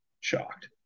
shocked